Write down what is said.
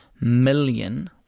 million